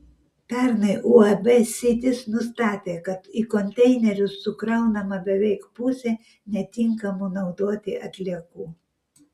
pernai uab sitis nustatė kad į konteinerius sukraunama beveik pusė netinkamų naudoti atliekų